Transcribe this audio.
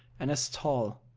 and as tall,